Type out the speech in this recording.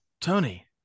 Tony